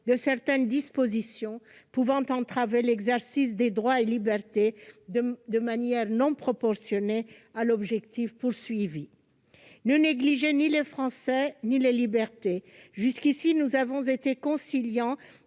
de certaines dispositions pouvant entraver l'exercice des droits et libertés de manière non proportionnée à l'objectif visé. Ne négligez ni les Français ni les libertés. Jusqu'à présent, nous avons été conciliants.